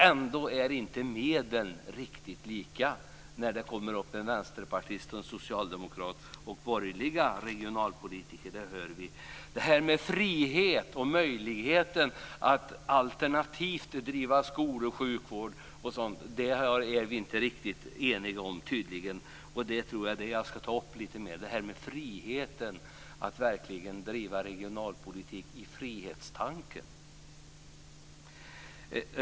Ändå är inte medlen riktigt lika när det kommer upp en vänsterpartist, en socialdemokrat eller en borgerlig regionalpolitiker. Det hör vi. Det här med friheten och möjligheten att alternativt driva skola och sjukvård är vi tydligen inte riktigt eniga om. Jag ska därför ta upp detta med friheten, att verkligen driva regionalpolitik med frihetstanken.